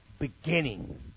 Beginning